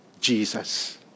Jesus